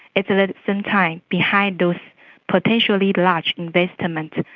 it's ah some time behind those potentially large investments,